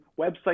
website